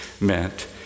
meant